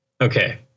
okay